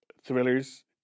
thrillers